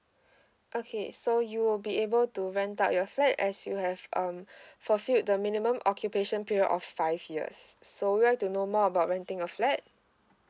okay so you will be able to rent out your flat as you have um full filled the minimum occupation period of five years so you want to know more about renting a flat